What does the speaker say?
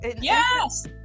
yes